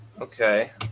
Okay